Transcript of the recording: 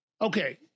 Okay